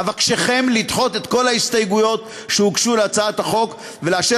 אבקשכם לדחות את כל הסתייגויות שהוגשו להצעת החוק ולאשר